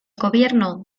gobierno